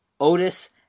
Otis